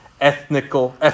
ethnical